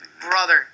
Brother